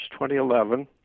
2011